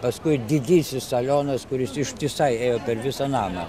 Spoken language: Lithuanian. paskui didysis salionas kuris ištisai ėjo per visą namą